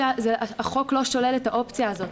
החוק לא שולל את האופציה הזאת.